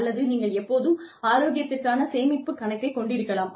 அல்லது நீங்கள் எப்போதும் ஆரோக்கியத்திற்கான சேமிப்புக் கணக்கை கொண்டிருக்கலாம்